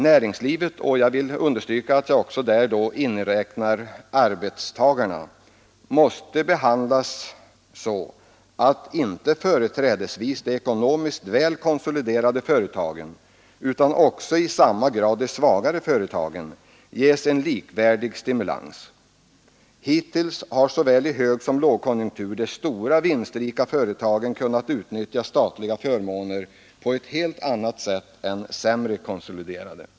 Näringslivet — och jag vill understryka att jag där också inräknar arbetstagarna — måste behandlas så att inte företrädesvis de ekonomiskt välkonsoliderade företagen utan också i samma grad de svagare företagen ges en likvärdig stimulans. Hittills har, såväl i högsom i lågkonjunktur, de stora, vinstrika företagen kunnat utnyttja statliga förmåner på ett helt annat sätt än sämre konsoliderade.